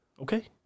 Okay